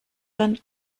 dann